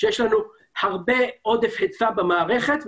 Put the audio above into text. בימים שיש עודף היצע במערכת.